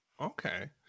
Okay